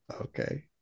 Okay